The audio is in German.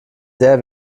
sehr